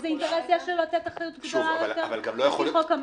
איזה אינטרס יש לו לתת אחריות גדולה יותר מחוק המכר?